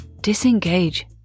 disengage